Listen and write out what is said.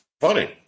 funny